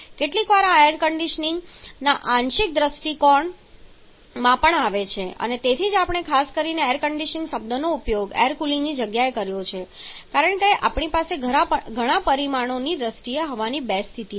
કેટલીકવાર તે આ એર કન્ડીશનીંગના આંશિક દૃષ્ટિકોણમાં પણ આવે છે અને તેથી જ આપણે ખાસ કરીને એર કન્ડીશનીંગ શબ્દનો ઉપયોગ એર કુલિંગની જગ્યાએ કર્યો છે કારણ કે આપણી પાસે ઘણા પરિમાણોની દ્રષ્ટિએ હવાની બે સ્થિતિ છે